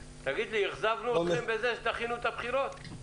אכזבנו אתכם בזה שדחינו את הבחירות?